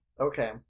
Okay